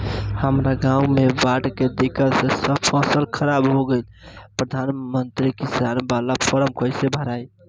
हमरा गांव मे बॉढ़ के दिक्कत से सब फसल खराब हो गईल प्रधानमंत्री किसान बाला फर्म कैसे भड़ाई?